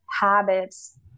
habits